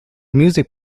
music